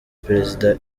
perezida